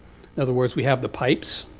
in other words, we have the pipes.